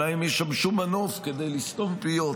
אלא אם ישמשו מנוף כדי לסתום פיות.